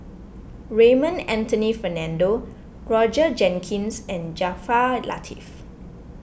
Raymond Anthony Fernando Roger Jenkins and Jaafar Latiff